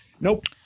Nope